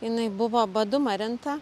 jinai buvo badu marinta